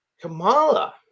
kamala